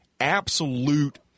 absolute